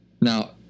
Now